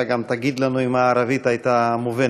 אתה גם תגיד לנו אם הערבית הייתה מובנת.